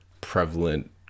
prevalent